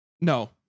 No